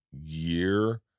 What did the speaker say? year